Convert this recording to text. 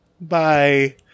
bye